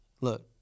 look